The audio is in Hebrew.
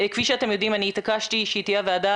כפי שאתם יודעים אני התעקשתי שהיא תהיה הוועדה